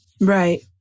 Right